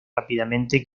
rápidamente